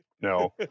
No